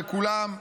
לכולם,